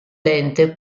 lente